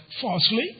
falsely